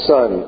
Son